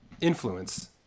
influence